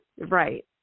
right